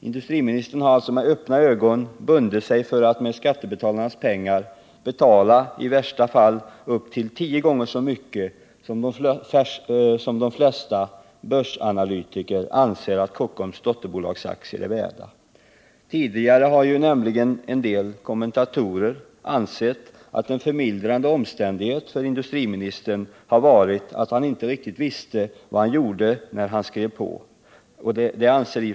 Industriministern har alltså med öppna ögon bundit sig för att med skattebetalarnas pengar betala i värsta fall upp till tio gånger så mycket som de flesta börsanalytiker anser att Kockums dotterbolagsaktier är värda. Tidigare har en del kommentatorer ansett att en förmildrande omständighet för industriministern har varit att han inte riktigt visste vad han gjorde när han skrev på avtalet.